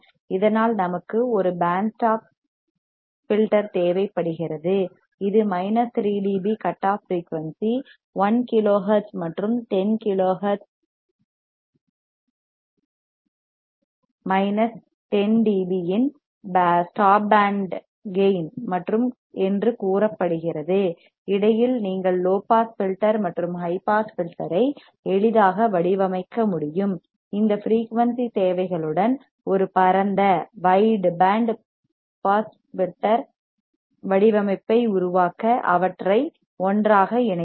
இதனால் நமக்கு ஒரு பேண்ட் ஸ்டாப் ஃபில்டர் தேவைப்படுகிறது இது minus 3 DB cut off frequency 1 kilo hertz மற்றும் 10 kilo hertz minus 10 D B in stop band gain என்று கூறப்படுகிறது இடையில் நீங்கள் லோ பாஸ் ஃபில்டர் மற்றும் ஹை பாஸ் ஃபில்டர் ஐ எளிதாக வடிவமைக்க முடியும் இந்த ஃபிரீயூன்சி தேவைகளுடன் ஒரு பரந்த wide wide band pass filter வடிவமைப்பை உருவாக்க அவற்றை ஒன்றாக இணைக்கவும்